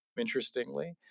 Interestingly